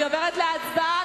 אני עוברת להצבעה.